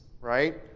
right